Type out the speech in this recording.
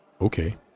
okay